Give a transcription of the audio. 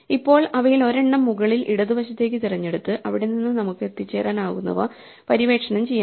ഇപ്പോൾ അവയിൽ ഒരെണ്ണം മുകളിൽ ഇടത് വശത്ത് തിരഞ്ഞെടുത്ത് അവിടെ നിന്ന് നമുക്ക് എത്തിച്ചേരാനാകുന്നവ പര്യവേക്ഷണം ചെയ്യാം